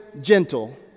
gentle